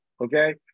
okay